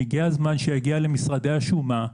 הגיע הזמן שיגיע למשרדי השומה,